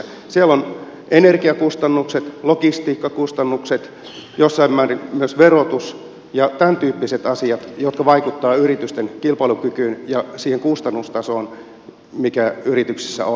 siellä on energiakustannukset logistiikkakustannukset jossain määrin myös verotus ja tämäntyyppiset asiat jotka vaikuttavat yritysten kilpailukykyyn ja siihen kustannustasoon mikä yrityksissä on